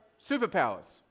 superpowers